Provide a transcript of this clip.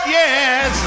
yes